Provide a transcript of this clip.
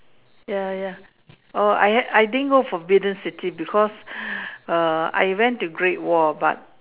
ya ya oh I had I didn't go forbidden city because I went to great wall but